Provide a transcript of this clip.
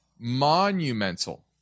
monumental